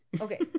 Okay